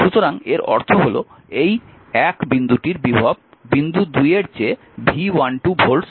সুতরাং এর অর্থ হল এই 1 বিন্দুটির বিভব বিন্দু 2 এর চেয়ে V12 ভোল্টস বেশি